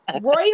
Royal